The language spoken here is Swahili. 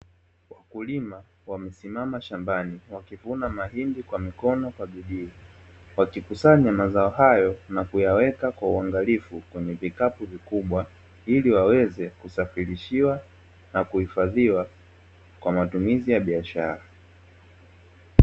Wakulima wamesimama shambani wakivuna mahindi kwa mkono kwa bidii wakikusanya mazao hayo na kuyaweka kwa uangalifu kwenye vikapu vikubwa, ili waweze kusafirishiwa na kuhifadhiwa kwa matumizi ya biashara.